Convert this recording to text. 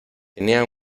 tenía